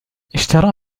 اشترى